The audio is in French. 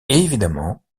évidemment